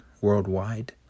Worldwide